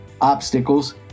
obstacles